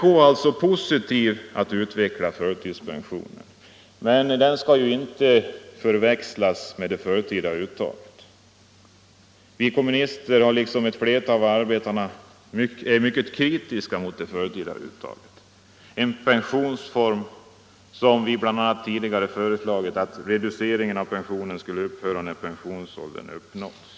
Vpk är alltså positivt inställt till att utveckla förtidspensionen ytter ligare. Denna skall dock inte törväxlas med det förtida uttaget. Vi kommunister är liksom ett flertal av arbetarna mycket kritiska mot det förtida uttaget. Vi har bl.a. tidigare föreslagit att reduceringen av pensionen skulle upphöra när pensionsåldern uppnåtts.